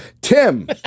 Tim